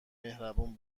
مهربون